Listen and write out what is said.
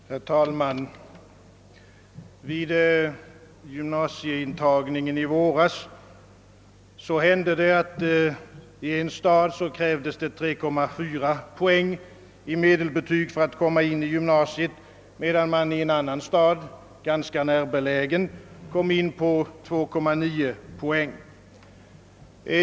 Herr talman! Vid gymnasieintagningen i våras hände det, att det i en stad krävdes 3,4 poäng i medelbetyg för att eleven skulle bli intagen i gymnasiet, medan en elev i en annan stad — ganska närbelägen — kunde komma in på 2,9 poäng.